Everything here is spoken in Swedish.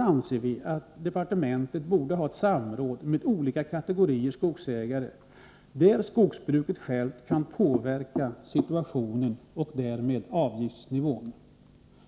Vi anser således att departementet borde ha ett samråd med olika kategorier skogsägare, så att man från skogsbruket kunde påverka situationen och därmed avgiftsnivån.